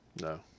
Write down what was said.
No